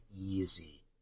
easy